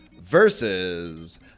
versus